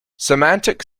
symantec